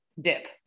Dip